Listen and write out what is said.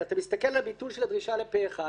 אתה מסתכל על הביטול של הדרישה לפה אחד,